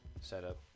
setup